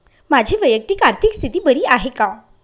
माझी वैयक्तिक आर्थिक स्थिती बरी आहे का?